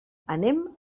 anem